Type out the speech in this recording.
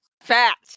fat